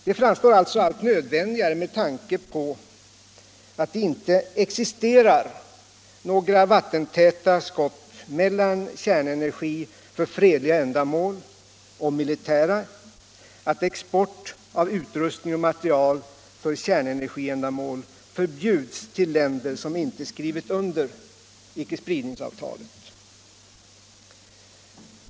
Det framstår som allt nödvändigare, med tanke på att det inte existerar några vattentäta skott mellan kärnenergi för fredliga ändamål och för militära, att export av utrustning och material för kärnenergiändamål förbjuds till länder som icke skrivit under icke-spridningsavtalet.